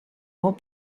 more